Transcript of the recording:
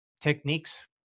techniques